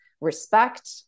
respect